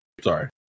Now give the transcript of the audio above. Sorry